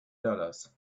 dollars